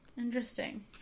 Interesting